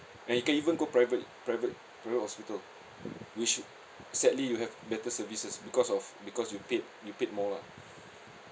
and you can even go private private private hospital which sadly you have better services because of because you paid you paid more lah